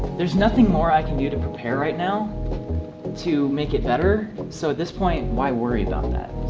there's nothing more i can do to prepare right now to make it better. so at this point why worry about that?